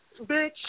bitch